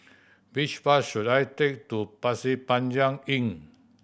which bus should I take to Pasir Panjang Inn